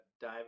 dive